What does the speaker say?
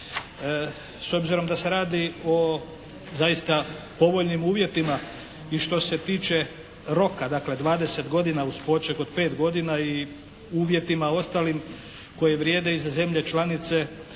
S obzirom da se radi o zaista povoljnim uvjetima i što se tiče roka, dakle 20 godina uz poček od 5 godina i uvjetima ostalim koji vrijede i za zemlje članice